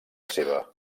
seva